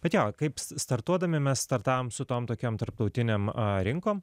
bet jo kaip startuodami mes startavom su tom tokiom tarptautinėm rinkom